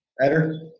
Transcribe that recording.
better